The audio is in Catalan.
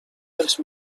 dels